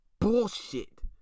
bullshit